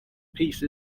peace